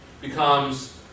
becomes